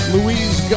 Louise